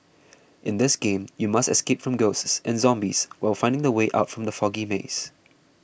in this game you must escape from ghosts and zombies while finding the way out from the foggy maze